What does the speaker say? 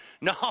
no